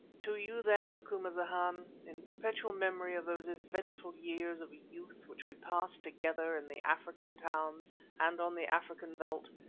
to you then, macumazahn, in perpetual memory of those eventful years of youth which we passed together in the african towns and on the african veldt,